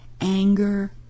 anger